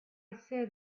said